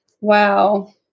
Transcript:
Wow